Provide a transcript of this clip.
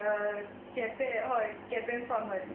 केंपे हय केंपेम फामर